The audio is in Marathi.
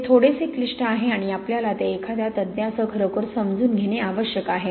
हे थोडेसे क्लिष्ट आहे आणि आपल्याला ते एखाद्या तज्ञासह खरोखर समजून घेणे आवश्यक आहे